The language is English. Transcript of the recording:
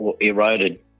eroded